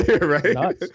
Right